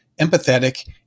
empathetic